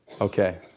Okay